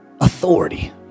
authority